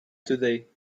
today